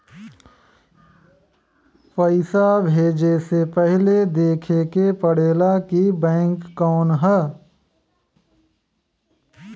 पइसा भेजे से पहिले देखे के पड़ेला कि बैंक कउन ह